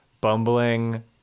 bumbling